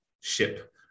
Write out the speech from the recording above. ship